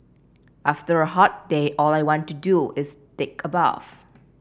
after a hot day all I want to do is take a bath